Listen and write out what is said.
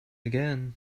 again